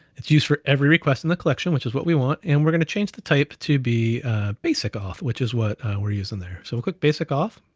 it's used for every request in the collection, which is what we want, and we're gonna change the type to be a basic auth, which is what we're using there. so we'll click basic auth,